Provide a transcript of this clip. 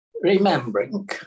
remembering